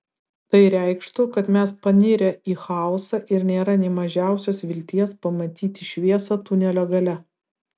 tai reikštų kad mes panirę į chaosą ir nėra nė mažiausios vilties pamatyti šviesą tunelio gale